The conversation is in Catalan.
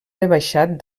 rebaixat